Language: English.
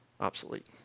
obsolete